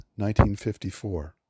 1954